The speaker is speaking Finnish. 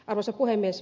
arvoisa puhemies